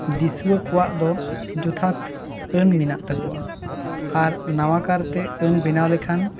ᱫᱤᱥᱣᱟᱹ ᱠᱚᱣᱟᱜ ᱫᱚ ᱡᱚᱛᱷᱟᱛ ᱟᱹᱱ ᱢᱮᱱᱟᱜ ᱛᱟᱠᱚᱣᱟ ᱟᱨ ᱱᱟᱣᱟ ᱠᱟᱨ ᱛᱮ ᱟᱹᱱ ᱵᱮᱱᱟᱣ ᱞᱮᱠᱷᱟᱱ